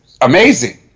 amazing